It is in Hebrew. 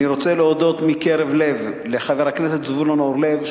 אני רוצה להודות מקרב לב לחבר הכנסת זבולון אורלב,